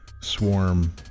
swarm